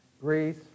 Greece